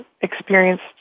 experienced